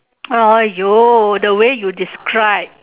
!aiyo! the way you describe